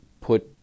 put